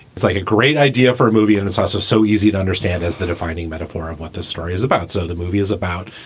it's like a great idea for a movie. and it's also so so easy to understand as the defining metaphor of what the story is about. so the movie is about.